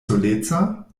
soleca